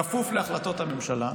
כפוף להחלטות הממשלה.